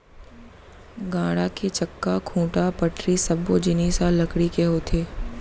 गाड़ा के चक्का, खूंटा, पटरी सब्बो जिनिस ह लकड़ी के होथे